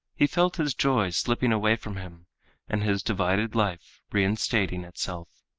he felt his joy slipping away from him and his divided life reinstating itself.